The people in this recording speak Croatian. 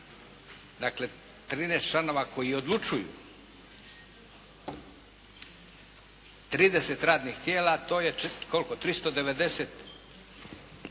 dakle 13 članova koji odlučuju, 30 radnih tijela to je koliko 390